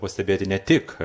pastebėti ne tik